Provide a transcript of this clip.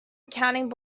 accounting